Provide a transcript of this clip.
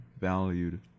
valued